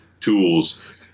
tools